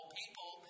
people